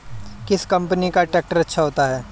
किस कंपनी का ट्रैक्टर अच्छा होता है?